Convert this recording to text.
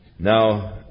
Now